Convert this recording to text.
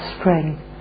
spring